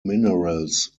minerals